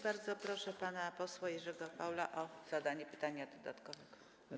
Bardzo proszę pana posła Jerzego Paula o zadanie pytania dodatkowego.